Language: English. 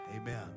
Amen